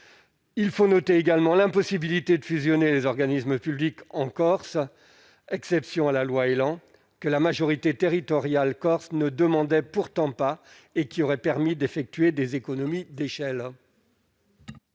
(ANRU). Notons également l'impossibilité de fusionner les organismes publics en Corse- il s'agit d'une exception à la loi ÉLAN -, que la majorité territoriale corse ne demandait pourtant pas et qui aurait permis d'effectuer des économies d'échelle.